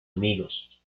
amigos